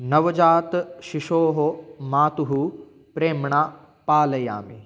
नवजातशिशोः मातुः प्रेम्णा पालयामि